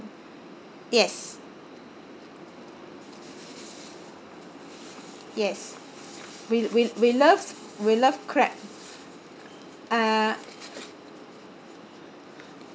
yes yes we we we love we love crab uh